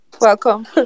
Welcome